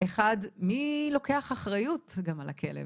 מי לוקח אחריות גם על הכלב?